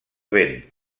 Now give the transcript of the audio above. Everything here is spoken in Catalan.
vent